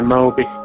Moby